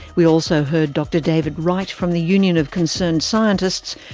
we also heard dr david wright from the union of concerned scientists,